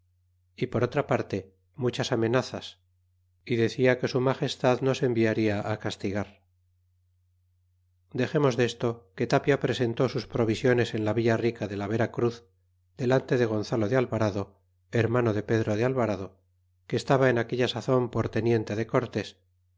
y por otra parte muchas amenazas y decia que su magestad nos enviaria á castigar dexemos desto que tapia presentó sus provisiones en la villa rica de la vera cruz delante de gonzalo de alvarado hermano de pedro de alvarado que estaba en aquella sazon por teniente de